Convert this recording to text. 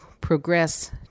progress